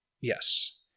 Yes